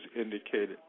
indicated